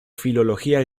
filología